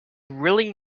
really